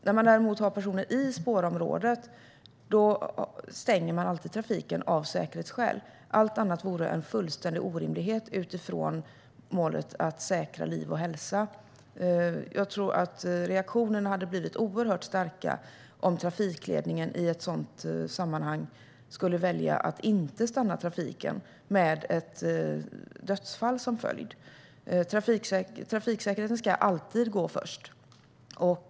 När man däremot har personer i spårområdet stänger man alltid trafiken av säkerhetsskäl. Allt annat vore en fullständig orimlighet utifrån målet att säkra liv och hälsa. Jag tror att reaktionerna hade blivit oerhört starka om trafikledningen i ett sådant sammanhang skulle välja att inte stanna trafiken med ett dödsfall som följd. Trafiksäkerheten ska alltid gå först.